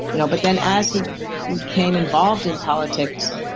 you know but then as he became involved in politics,